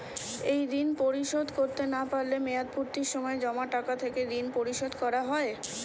এই ঋণ পরিশোধ করতে না পারলে মেয়াদপূর্তির সময় জমা টাকা থেকে ঋণ পরিশোধ করা হয়?